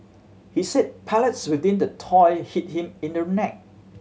he said pellets within the toy hit him in the neck